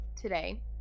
today